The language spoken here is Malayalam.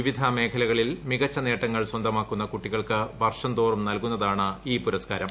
വിവിധ മേഖലകളിൽ മികച്ച നേട്ടങ്ങൾ സ്വന്തമാക്കുന്ന കുട്ടികൾക്ക് വർഷം തോറും നൽകുന്നതാണ് ഈ പുരസ്കാരം